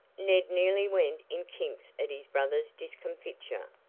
ned nearly went in kinks at his brother's discomfiture.